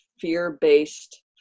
fear-based